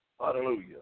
hallelujah